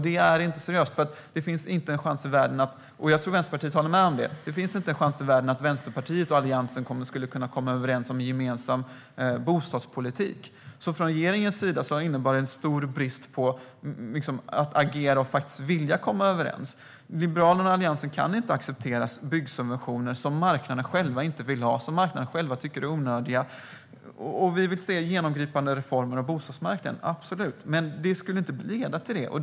Det är inte seriöst, för det finns inte en chans i världen - och jag tror att Vänsterpartiet håller med om det - att Vänsterpartiet och Alliansen skulle kunna komma överens om en gemensam bostadspolitik. Från regeringens sida innebar det en stor brist när det gäller att agera och faktiskt vilja komma överens. Liberalerna och Alliansen kan inte acceptera byggsubventioner som marknaden själv inte vill ha, som marknaden tycker är onödiga. Vi vill absolut se genomgripande reformer på bostadsmarknaden. Men det skulle inte leda till det.